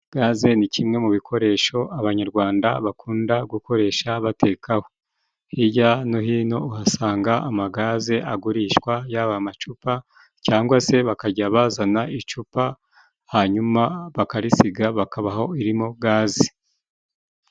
Gaze ni kimwe mu bikoresho abanyarwanda bakunda gukoresha batekaho. Hirya no hino uhasanga amagaze agurishwa, yaba amacupa cyangwa se bakajya bazana icupa, hanyuma bakarisiga bakabah irimo gaze.